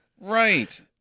Right